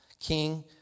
King